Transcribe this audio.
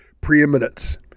preeminence